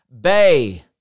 Bay